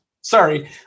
Sorry